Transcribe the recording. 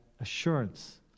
assurance